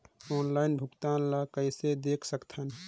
Online भुगतान ल कइसे देख सकथन?